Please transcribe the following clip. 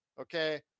okay